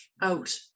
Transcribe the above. out